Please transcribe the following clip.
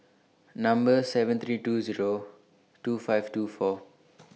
Number seven three two Zero two five two four